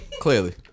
Clearly